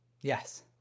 Yes